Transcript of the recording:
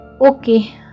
Okay